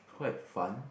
quite fun